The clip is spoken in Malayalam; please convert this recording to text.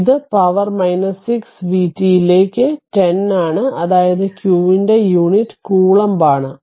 ഇത് പവർ 6 vt ലേക്ക് 10 ആണ് അതായത് q ന്റെ യൂണിറ്റ് കൂലോംബ് ആണ്